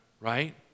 right